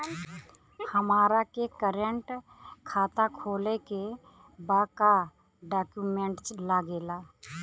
हमारा के करेंट खाता खोले के बा का डॉक्यूमेंट लागेला?